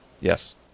Yes